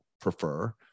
prefer